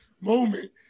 moment